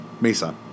Mesa